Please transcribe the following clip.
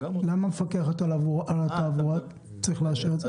למה המפקח על התעבורה צריך לאשר את זה?